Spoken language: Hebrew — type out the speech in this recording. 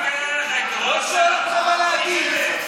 לא שואל אותך מה להגיד.